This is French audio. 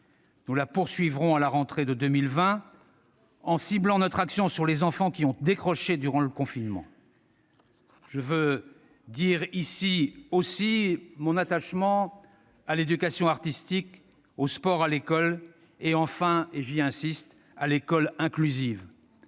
Nous la poursuivrons à la rentrée de 2020, en ciblant notre action sur les enfants qui ont décroché durant le confinement. Je veux dire ici, aussi, mon attachement à l'éducation artistique, au sport à l'école et- j'y insiste -à l'école inclusive.